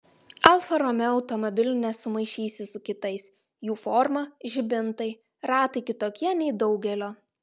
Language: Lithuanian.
alfa romeo automobilių nesumaišysi su kitais jų forma žibintai ratai kitokie nei daugelio